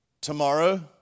tomorrow